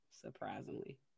surprisingly